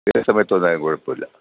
ഏതു സമയത്തു വന്നാലും കുഴപ്പമില്ല